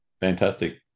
Fantastic